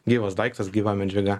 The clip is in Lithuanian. gyvas daiktas gyva medžiaga